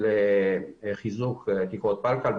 רבות לחיזוק תקרות פלקל.